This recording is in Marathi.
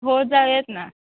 हो जाऊयात ना